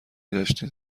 داشتین